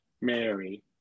Mary